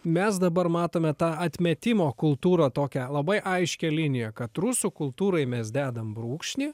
mes dabar matome tą atmetimo kultūrą tokią labai aiškią liniją kad rusų kultūrai mes dedam brūkšnį